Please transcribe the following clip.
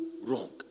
wrong